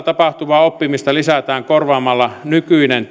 tapahtuvaa oppimista lisätään korvaamalla nykyinen